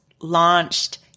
launched